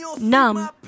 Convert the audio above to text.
Numb